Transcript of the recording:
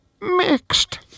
mixed